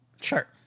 Sure